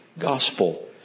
gospel